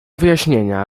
wyjaśnienia